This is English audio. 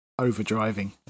overdriving